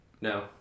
No